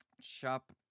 Shop